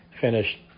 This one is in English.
finished